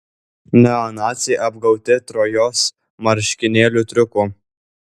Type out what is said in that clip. neonaciai apgauti trojos marškinėlių triuku